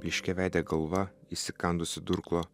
blyškiaveidė galva įsikandusi durklo